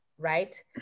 right